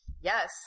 Yes